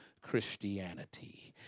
Christianity